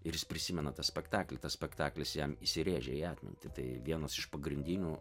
ir jis prisimena tą spektaklį tas spektaklis jam įsirėžė į atmintį tai vienas iš pagrindinių